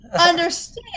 understand